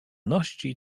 ności